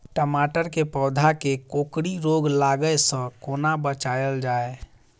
टमाटर केँ पौधा केँ कोकरी रोग लागै सऽ कोना बचाएल जाएँ?